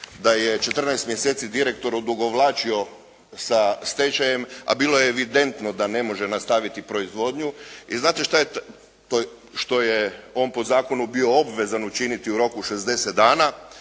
da je 14 mjeseci direktor odugovlačio sa stečajem, a bilo je evidentno da ne može nastaviti proizvodnju. I znate što je on po zakonu bio obvezan učiniti u roku 60 dana,